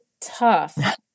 tough